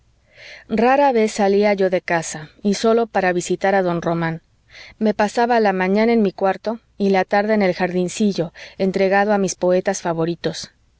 rara vez salía yo de casa y sólo para visitar a don román me pasaba la mañana en mi cuarto y la tarde en el jardincillo entregado a mis poetas favoritos